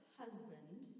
husband